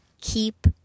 keep